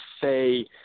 say